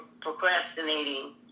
procrastinating